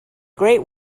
great